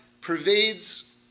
pervades